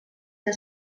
que